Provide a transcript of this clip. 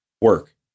work